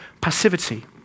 passivity